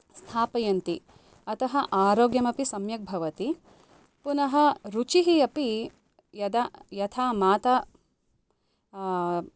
स्थापयन्ति अतः आरोग्यमपि सम्यक् भवति पुनः रुचिः अपि यदा यथा माता